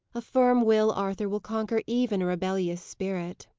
a firm will, arthur, will conquer even a rebellious spirit.